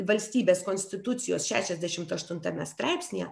valstybės konstitucijos šešiasdešimt aštuntame straipsnyje